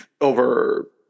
over